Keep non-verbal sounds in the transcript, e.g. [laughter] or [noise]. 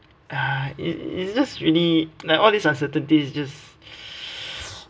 ah it it's just really like all these uncertainties is just [breath]